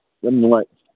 ꯌꯥꯝ ꯅꯨꯡꯉꯥꯏ